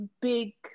big